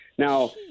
Now